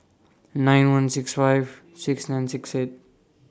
nine one six five six nine six eight